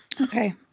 Okay